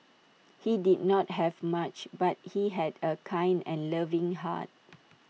he did not have much but he had A kind and loving heart